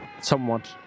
somewhat